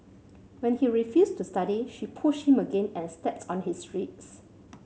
when he refused to study she pushed him again and stepped on his ribs